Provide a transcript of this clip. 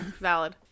Valid